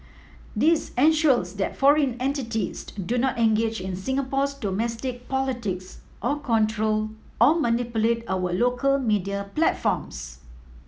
this ensures that foreign entities do not engage in Singapore's domestic politics or control or manipulate our local media platforms